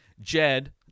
Jed